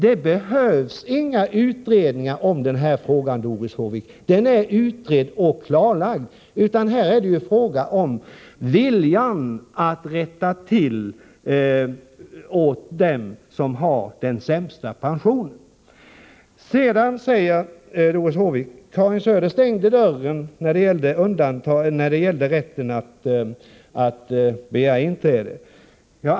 Det behövs ingen utredning om den här frågan, Doris Håvik — den är utredd och klarlagd — utan här är det fråga om viljan att rätta till för dem som har den sämsta pensionen. Sedan säger Doris Håvik: Karin Söder stängde dörren när det gällde rätten att begära inträde.